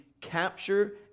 capture